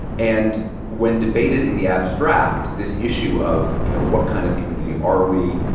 and when debated in the abstract, this issue of, you know, what kind of community are we?